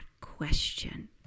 question